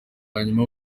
hanyuma